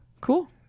cool